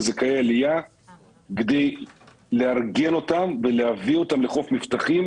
לזכאי עלייה כדי לארגן אותם ולהביא אותם לחוף מבטחים